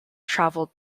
traveled